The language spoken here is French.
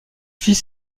fit